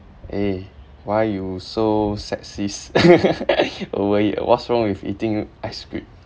eh why you so sexist over it what's wrong with eating ice cream